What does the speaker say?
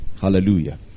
Hallelujah